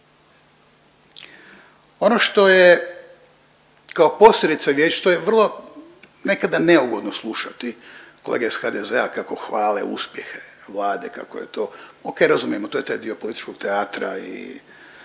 Ono što je kao posljedica što je vrlo nekada neugodno slušati kolege iz HDZ-a kako hvale uspjehe Vlade, kako je to, ok razumijemo to je taj dio političkog teatra i